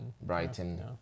brighton